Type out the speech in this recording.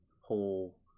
whole